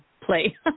play